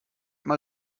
mal